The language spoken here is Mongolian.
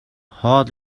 хоол